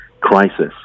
crisis